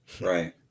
Right